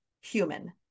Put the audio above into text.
human